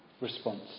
response